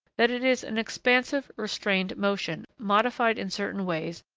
that it is an expansive, restrained motion, modified in certain ways,